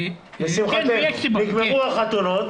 נגמרו החתונות,